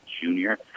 junior